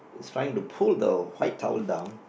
it's trying to pull the white towel down